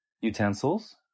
utensils